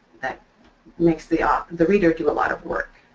that makes the ah the reader do a lot of work.